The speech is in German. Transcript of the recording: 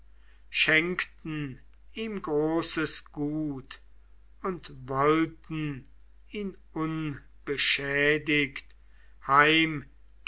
schenkten ihm großes gut und wollten ihn unbeschädigt heim